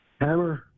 Hammer